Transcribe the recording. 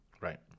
Right